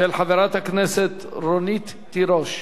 של חברת הכנסת רונית תירוש.